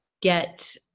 get